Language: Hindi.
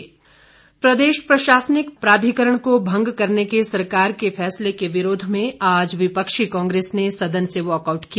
वॉकआउट प्रदेश प्रशासनिक प्राधिकरण को भंग करने के सरकार के फैसले के विरोध में आज विपक्षी कांग्रेस ने सदन से वाकआउट किया